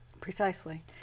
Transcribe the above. Precisely